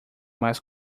mais